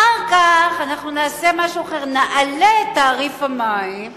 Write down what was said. אחר כך אנחנו נעשה משהו אחר, נעלה את תעריף המים,